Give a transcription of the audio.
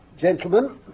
Gentlemen